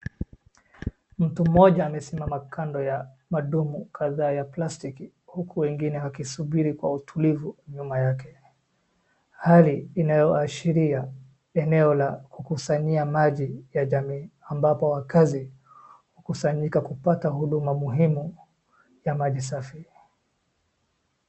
Mtu mmoja amesimama kando ya madumu kadhaa ya plastiki huku wengine wakisubiri kwa utulivu nyuma yake. Hali inaoyowashilia eneo la kusanyia maji ya jamii . Ambapo wakazi hukusanyika kupata huduma muhimu ya maji safi.